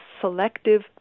selective